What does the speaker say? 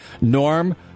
Norm